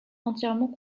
entièrement